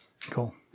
Cool